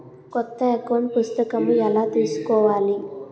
కొత్త అకౌంట్ పుస్తకము ఎలా తీసుకోవాలి?